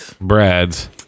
Brad's